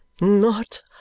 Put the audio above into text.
Not